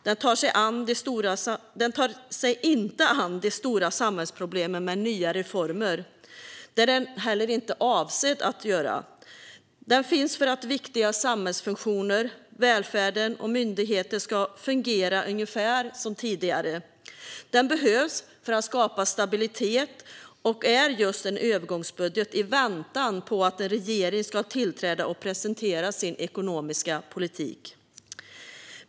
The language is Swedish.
Den tar sig inte an de stora samhällsproblemen med nya reformer. Det är den heller inte avsedd att göra. Den finns för att viktiga samhällsfunktioner, välfärd och myndigheter ska fungera ungefär som tidigare. Den behövs för att skapa stabilitet och är just en övergångsbudget i väntan på att en regering ska tillträda och presentera sin ekonomiska politik.